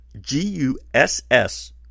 G-U-S-S